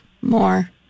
more